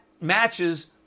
matches